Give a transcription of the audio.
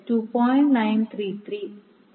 933 ഉം j 4